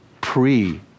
pre